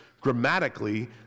grammatically